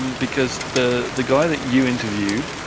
um because the the guy that you interviewed,